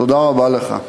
תודה רבה לך.